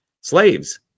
slaves